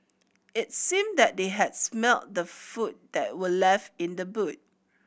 it seemed that they had smelt the food that were left in the boot